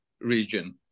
region